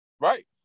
Right